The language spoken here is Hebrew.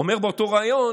אומר באותו ריאיון